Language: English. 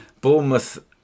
Bournemouth